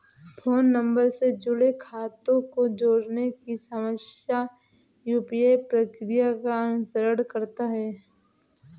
phone number से जुड़े खातों को जोड़ने की सामान्य यू.पी.आई प्रक्रिया का अनुसरण करता है